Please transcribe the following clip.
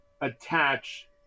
attach